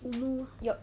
yup